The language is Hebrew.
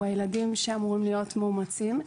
הוא הילדים שאמורים להיות מאומצים,